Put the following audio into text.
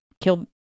kill